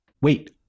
Wait